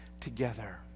together